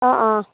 অঁ অঁ